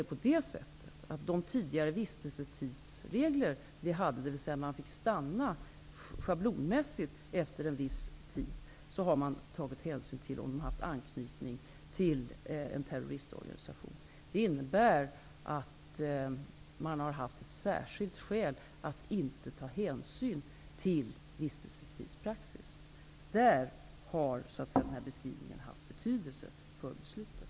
Däremot har man i de tidigare vistelsetidsregler som vi hade, dvs. att man fick stanna schablonmässigt efter en viss tid, tagit hänsyn till om personen haft anknytning till en terroristorganisation. Det innebär att man har haft ett särskilt skäl att inte ta hänsyn till vistelsetidspraxis. Där har den här beskrivningen haft betydelse för beslutet.